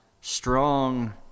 strong